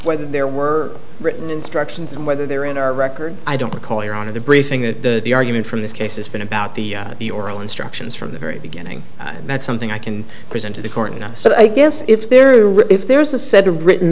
whether there were written instructions and whether they were in our record i don't recall your honor the briefing the the argument from this case has been about the the oral instructions from the very beginning and that's something i can present to the court now so i guess if there is a riff there is a set of written